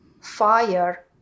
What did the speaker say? fire